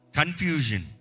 confusion